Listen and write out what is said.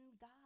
God